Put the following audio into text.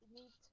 need